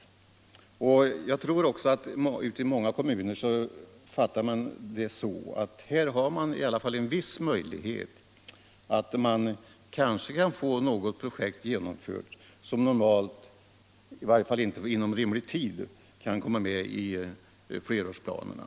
I många kommuner fattar man det så att man här har en viss möjlighet att få något projekt genomfört som normalt inte — i varje fall inte inom rimlig tid — skulle kunna komma med i flerårsplanerna.